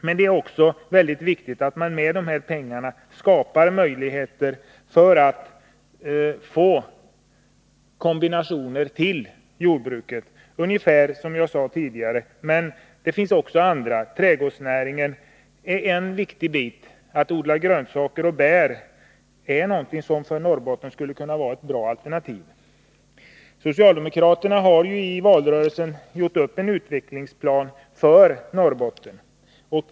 Men det är också viktigt att man med dessa pengar skapar möjlighet att få kombinationssysselsättning för jordbruket. Trädgårdsnäringen är en viktig sådan. Att odla grönsaker och bär skulle kunna vara ett bra alternativ för Norrbotten. Socialdemokraterna gjorde i valrörelsen upp en utvecklingsplan för Norrbotten.